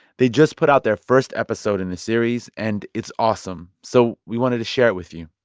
they just put out their first episode in the series, and it's awesome. so we wanted to share it with you.